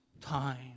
time